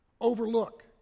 Overlook